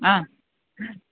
ആ